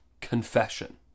confession